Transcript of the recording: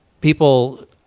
people